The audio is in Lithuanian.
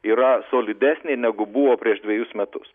yra solidesnė negu buvo prieš dvejus metus